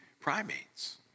primates